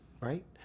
Right